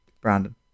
Brandon